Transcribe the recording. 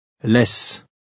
Laisse